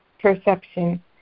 perception